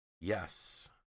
Yes